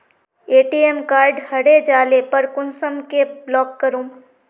ATM card हरे जाले पर कुंसम के ब्लॉक करूम?